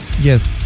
yes